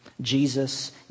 Jesus